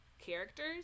characters